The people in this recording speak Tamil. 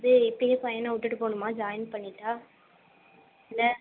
சரி இப்பையே பையனை விட்டுவிட்டு போகணுமா ஜாயின் பண்ணிவிட்டா இல்லை